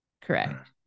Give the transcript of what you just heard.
correct